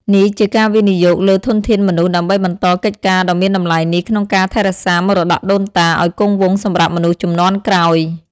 នេះជាការវិនិយោគលើធនធានមនុស្សដើម្បីបន្តកិច្ចការដ៏មានតម្លៃនេះក្នុងការថែរក្សាមរតកដូនតាឱ្យគង់វង្សសម្រាប់មនុស្សជំនាន់ក្រោយ។